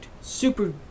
super